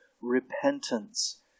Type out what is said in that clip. repentance